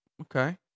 Okay